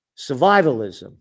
Survivalism